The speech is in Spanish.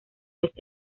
vez